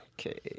Okay